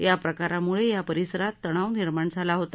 याप्रकारामुळे या परिसरात तणाव निर्माण झाला होता